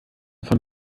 von